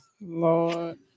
Lord